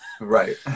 right